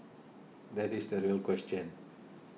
that is the real question